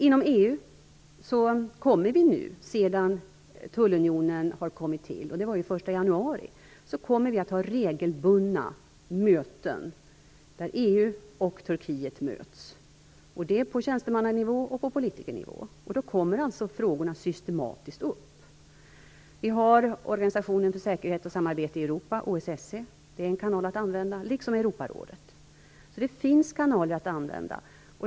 Inom EU kommer vi nu sedan tullunionen kom till den 1 januari att ha regelbundna möten där EU och Turkiet möts, både på tjänstemannanivå och på politikernivå. Då kommer dessa frågor systematiskt upp. OSSE, är en annan kanal att använda, liksom Europarådet. Det finns alltså kanaler att använda.